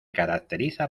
caracteriza